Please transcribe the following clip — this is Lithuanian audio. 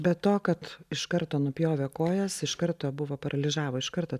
be to kad iš karto nupjovė kojas iš karto buvo paralyžiavo iš karto